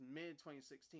mid-2016